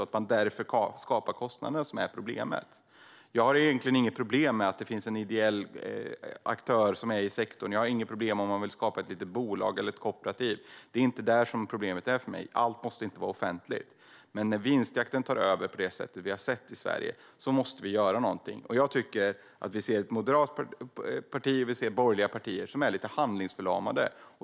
Det är därför som man kapar kostnaderna. Jag har egentligen inget problem med att det finns ideella aktörer i sektorn. Jag har inget problem om man vill skapa ett litet bolag eller ett kooperativ. Det är inte där problemet ligger. Allt måste inte vara offentligt. Men när vinstjakten tar över på det sätt som vi har sett i Sverige måste vi göra någonting. Jag tycker att vi ser ett moderat parti och borgerliga partier som är handlingsförlamade.